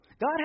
God